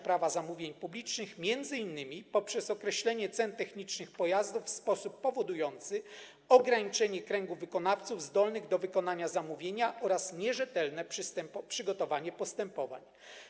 Prawa zamówień publicznych m.in. poprzez określenie cen technicznych pojazdów w sposób powodujący ograniczenie kręgu wykonawców zdolnych do wykonania zamówienia oraz nierzetelne przygotowanie postępowań.